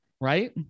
right